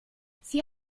sie